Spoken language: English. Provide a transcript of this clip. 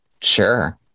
Sure